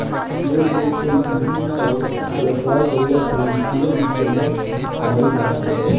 मूल रूप से इक्विटी पर व्यापार कईला के वित्तीय उत्तोलन कहल जात हवे